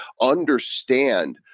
understand